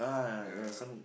ya